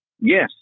Yes